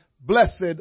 blessed